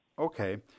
okay